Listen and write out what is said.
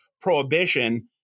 prohibition